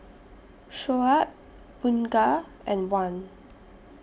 Shoaib Bunga and Wan